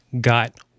got